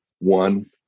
One